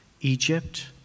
egypt